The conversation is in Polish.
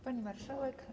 Pani Marszałek!